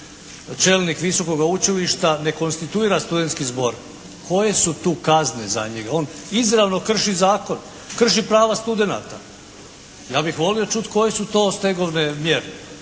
čelnik visokoga učilišta ne konstituira studentski zbor, koje su tu kazne za njega. On izravno krši zakon, krši prava studenata. Ja bih volio čuti koje su to stegovne mjere.